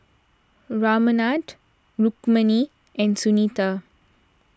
Ramanand Rukmini and Sunita